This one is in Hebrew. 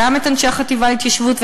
גם את אנשי החטיבה להתיישבות,